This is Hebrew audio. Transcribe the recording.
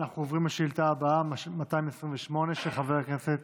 אנחנו עוברים לשאילתה הבאה, מס' 228, של חבר הכנסת